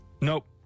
nope